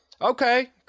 okay